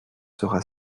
sera